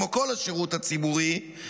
כמו כל השירות הציבורי,